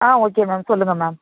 ஆ okay ma'am சொல்லுங்கள் ma'am